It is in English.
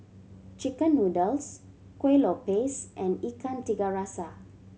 chicken noodles Kueh Lopes and Ikan Tiga Rasa